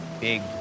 big